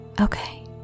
Okay